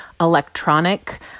electronic